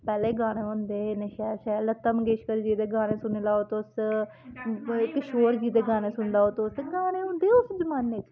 पैह्ले गाने होंदे हे इन्ने शैल शैल लता मंगेशकर जी दे गाने सुनी लैओ तुस किशोर जी दे गाने सुनी लैओ तुस गाने होंदे हे उस जमाने च